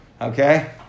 Okay